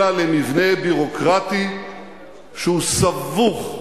אלא למבנה ביורוקרטי שהוא סבוך,